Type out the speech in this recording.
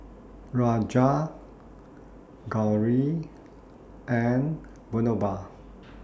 Raja Gauri and Vinoba